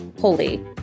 Holy